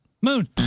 Moon